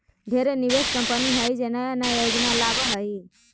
ढेरे निवेश कंपनी हइ जे नया नया योजना लावऽ हइ